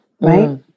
Right